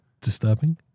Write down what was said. disturbing